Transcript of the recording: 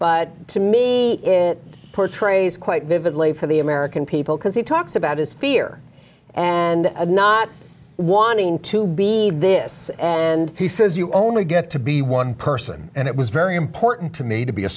but to me it portrays quite vividly for the american people because he talks about his fear and not wanting to be this and he says you only get to be one person and it was very important to me to be a